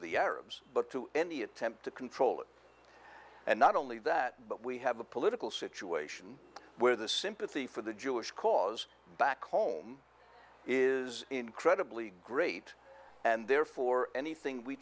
the arabs but to any attempt to control it and not only that but we have a political situation where the sympathy for the jewish cause back home is incredibly great and therefore anything we